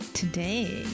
today